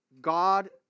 God